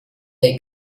they